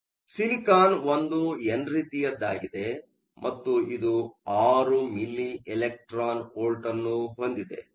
ಆದ್ದರಿಂದ ಸಿಲಿಕಾನ್ ಒಂದು ಎನ್ ರೀತಿಯದ್ದಾಗಿದೆ ಮತ್ತು ಇದು 6 ಮಿಲಿ ಇವಿ ಅನ್ನು ಹೊಂದಿದೆ